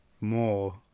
more